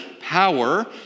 power